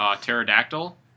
Pterodactyl